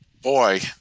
Boy